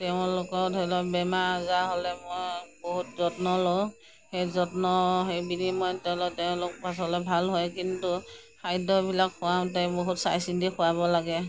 তেওঁলোকৰ ধৰি লওক বেমাৰ আজাৰ হ'লে মই বহুত যত্ন লওঁ সেই যত্ন সেইবুলি হ'লে ভাল হয় কিন্তু খাদ্যবিলাক খুৱাওঁতে বহুত চাই চিন্তি খুৱাব লাগে